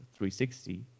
360